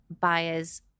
buyers